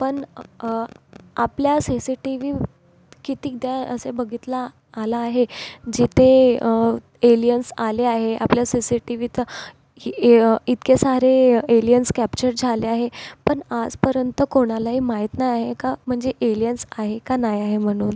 पण आपल्या C C T V कितीकदा असे बघितला आला आहे जिथे एलियन्स आले आहे आपल्या सी सी टी व्हीत आहे इतके सारे एलियन्स कॅप्चर झाले आहे पण आजपर्यंत कोणालाही माहीत नाही आहे का म्हणजे एलियन्स आहे का नाही आहे म्हणून